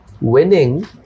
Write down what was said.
winning